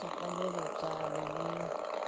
सबैले रोप्छ अलिअलि